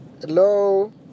Hello